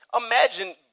Imagine